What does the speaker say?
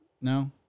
No